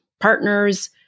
partners